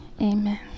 Amen